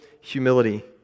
humility